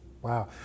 Wow